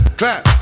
clap